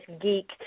geek